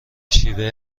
شیوه